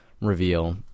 reveal